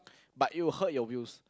but it will hurt your wheels